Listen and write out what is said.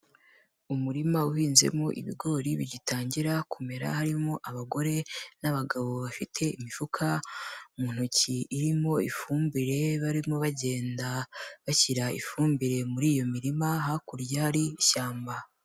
Umurima uhinzemo ibigori bigitangira kumera, harimo abagore n'abagabo bafite imifuka mu ntoki irimo ifumbire barimo bagenda, bashyira ifumbire muri iyo mirima hakurya hari ishyamba,